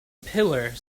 pillar